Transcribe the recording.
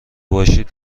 باشید